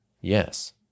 Yes